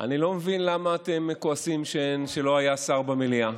אני לא מבין למה אתם כועסים שלא היה שר במליאה.